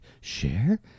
Share